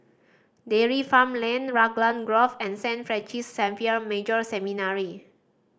Dairy Farm Lane Raglan Grove and Saint Francis Xavier Major Seminary